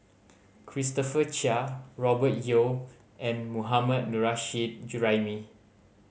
Christopher Chia Robert Yeo and Mohammad Nurrasyid Juraimi